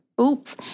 Oops